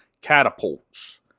catapults